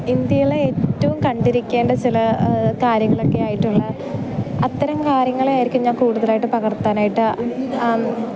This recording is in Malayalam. ഇന്ത്യയിലെ ഏറ്റവും കണ്ടിരിക്കേണ്ട ചില കാര്യങ്ങളൊക്കെയായിട്ട് ഉള്ള അത്തരം കാര്യങ്ങളെയായിരിക്കും ഞാൻ കൂടുതലായിട്ട് പകർത്താനായിട്ട്